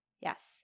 Yes